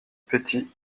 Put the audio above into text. petit